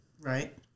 right